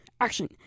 Action